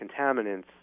contaminants